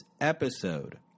episode